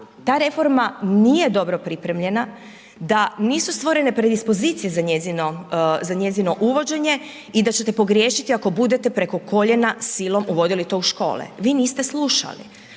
ta reforma nije dobro pripremljena, da nisu stvorene predispozicije za njezino, za njezino uvođenje i da ćete pogriješiti ako budete preko koljena silom uvodili to u škole, vi niste slušali.